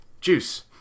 Juice